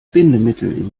bindemittel